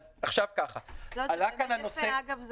אגב,